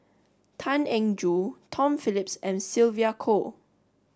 Tan Eng Joo Tom Phillips and Sylvia Kho